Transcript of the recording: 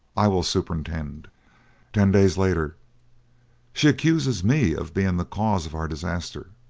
i will superintend ten days later she accuses me of being the cause of our disaster!